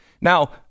Now